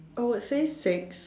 I would say six